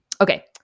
Okay